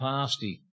pasty